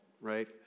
right